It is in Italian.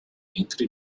metri